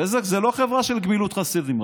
בזק זה לא חברה של גמילות חסדים,